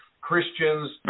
Christians